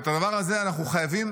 את הדבר הזה אנחנו חייבים